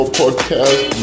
podcast